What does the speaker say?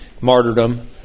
martyrdom